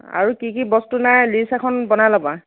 আৰু কি কি বস্তু নাই লিষ্ট এখন বনাই ল'বা